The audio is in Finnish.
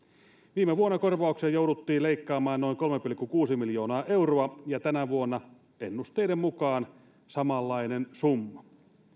viime vuonna korvauksia jouduttiin leikkaamaan noin kolme pilkku kuusi miljoonaa euroa ja tänä vuonna ennusteiden mukaan samanlainen summa